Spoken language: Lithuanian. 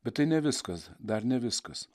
bet tai ne viskas dar ne viskas